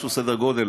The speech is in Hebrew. סדר גודל,